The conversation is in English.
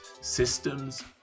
systems